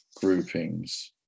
groupings